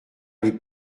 les